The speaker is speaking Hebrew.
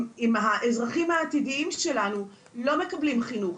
אם האזרחים העתידיים שלנו לא מקבלים חינוך.